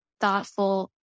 thoughtful